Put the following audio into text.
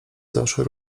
zaszły